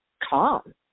calm